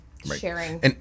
Sharing